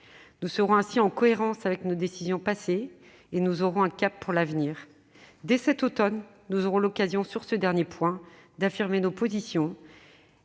Nous serons ainsi en cohérence avec nos décisions passées et nous aurons un cap pour l'avenir. S'agissant de ce cap, nous aurons l'occasion dès l'automne d'affirmer nos positions